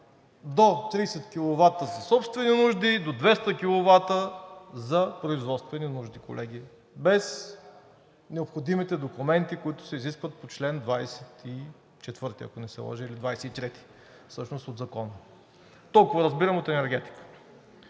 до 30 киловата за собствени нужди, до 200 киловата за производствени нужди, колеги, без необходимите документи, които се изискват по чл. 24, ако се не лъжа, или всъщност чл. 23 от Закона. Толкова разбирам от енергетика,